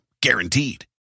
Guaranteed